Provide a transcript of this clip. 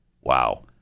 Wow